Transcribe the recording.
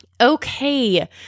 Okay